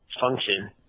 function